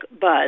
Buzz